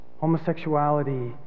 homosexuality